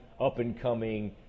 up-and-coming